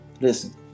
listen